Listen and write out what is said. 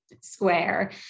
square